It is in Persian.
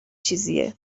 چیزیه